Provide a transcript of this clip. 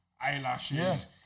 eyelashes